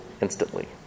instantly